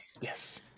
Yes